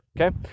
Okay